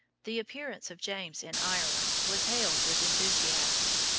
the appearance of james in ireland was hailed with enthusiasm.